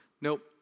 Nope